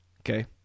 okay